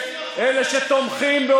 אתם המתנגדים.